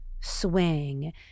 swing